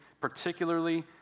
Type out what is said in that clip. particularly